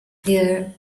their